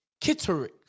Kitterick